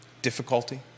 Difficulty